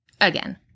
again